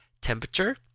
Temperature